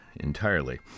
entirely